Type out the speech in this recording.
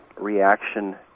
reaction